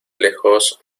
lejos